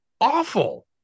awful